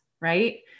right